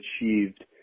achieved